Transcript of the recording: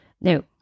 Now